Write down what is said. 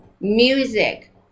music